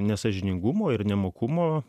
nesąžiningumo ir nemokumo